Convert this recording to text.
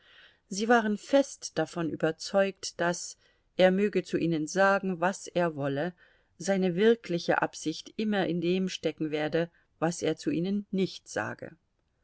sie waren fest davon überzeugt daß er möge zu ihnen sagen was er wolle seine wirkliche absicht immer in dem stecken werde was er zu ihnen nicht sage